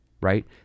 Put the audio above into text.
right